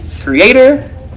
creator